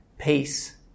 Peace